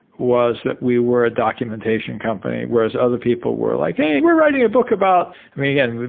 was that we were a documentation company, whereas other people were like, hey! we're writing a book about again,